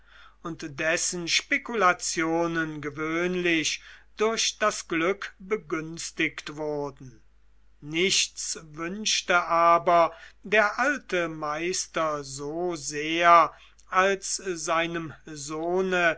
und dessen spekulationen gewöhnlich durch das glück begünstigt wurden nichts wünschte aber der alte meister so sehr als seinem sohne